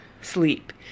sleep